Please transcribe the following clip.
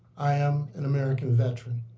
i am an american veteran.